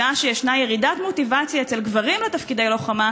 בשעה שיש ירידת מוטיבציה אצל גברים בתפקידי לוחמה,